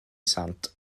sant